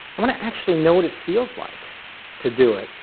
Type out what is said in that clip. i want to actually know what it feels like to do it,